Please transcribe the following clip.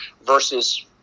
versus